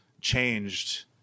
changed